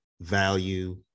value